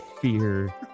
fear